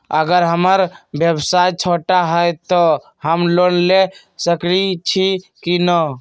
अगर हमर व्यवसाय छोटा है त हम लोन ले सकईछी की न?